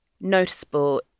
noticeable